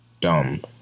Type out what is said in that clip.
dumb